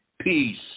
peace